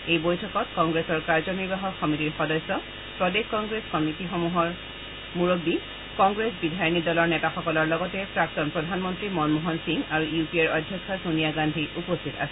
এই বৈঠকত কংগ্ৰেছৰ কাৰ্যনিৰ্বাহক সমিতিৰ সদস্য প্ৰদেশ কংগ্ৰেছ সমিতিসমূহৰ মূৰববী কংগ্ৰেছ বিধায়িনী দলৰ নেতাসকলৰ লগতে প্ৰাক্তন প্ৰধানমন্ত্ৰী মনমোহন সিং আৰু ইউ পি এৰ অধ্যক্ষ ছোনিয়া গান্ধী উপস্থিত আছিল